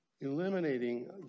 eliminating